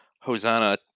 Hosanna